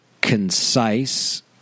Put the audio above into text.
concise